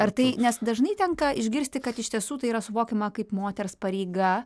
ar tai nes dažnai tenka išgirsti kad iš tiesų tai yra suvokiama kaip moters pareiga